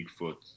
bigfoot